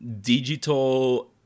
digital